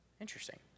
Interesting